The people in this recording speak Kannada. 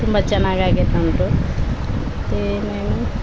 ತುಂಬ ಚೆನ್ನಾಗ್ ಆಗೈತೆ ಅಂದರು ಮತ್ತು